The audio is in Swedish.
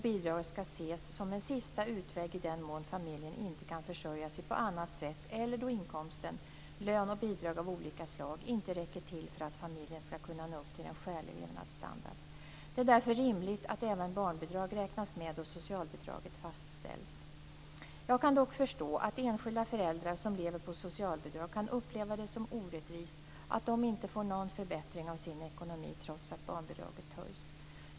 Bidraget skall ses som en sista utväg i den mån familjen inte kan försörja sig på annat sätt eller då inkomsten - lön och bidrag av olika slag - inte räcker till för att familjen skall kunna nå upp till en skälig levnadsstandard. Det är därför rimligt att även barnbidrag räknas med då socialbidraget fastställs. Jag kan dock förstå att enskilda föräldrar som lever på socialbidrag kan uppleva det som orättvist att de inte få någon förbättring av sin ekonomi trots att barnbidraget höjs.